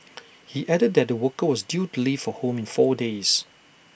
he added that the worker was due to leave for home in four days